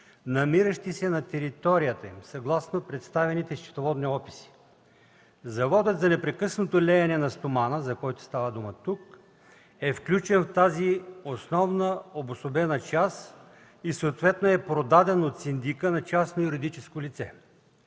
намиращи се на територията му, съгласно представените счетоводни описи. Заводът за непрекъснато леене на стомана, за който става дума тук, е включен в тази основна обособена част и съответно е продаден от синдика на частно юридическо лице.